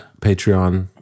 Patreon